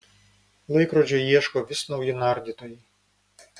laikrodžio ieško vis nauji nardytojai